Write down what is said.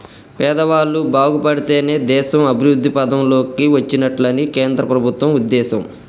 పేదవాళ్ళు బాగుపడితేనే దేశం అభివృద్ధి పథం లోకి వచ్చినట్లని కేంద్ర ప్రభుత్వం ఉద్దేశం